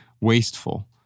wasteful